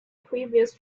previous